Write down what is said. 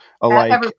alike